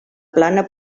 plana